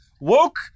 woke